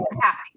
happy